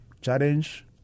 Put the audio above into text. challenge